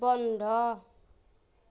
বন্ধ